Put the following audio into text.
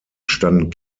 standen